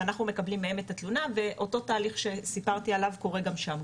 ואנחנו מקבלים מהם את התלונה ואותו תהליך שסיפרתי עליו קורה גם שם,